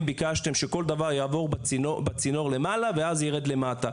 ביקשתם שכל דבר יעבור בצינור למעלה ואז ירד למטה?